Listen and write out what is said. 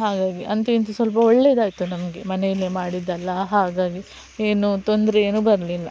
ಹಾಗಾಗಿ ಅಂತೂ ಇಂತು ಸ್ವಲ್ಪ ಒಳ್ಳೇದಾಯಿತು ನಮಗೆ ಮನೆಯಲ್ಲೇ ಮಾಡಿದ್ದಲ್ಲ ಹಾಗಾಗಿ ಏನು ತೊಂದರೆ ಏನು ಬರಲಿಲ್ಲ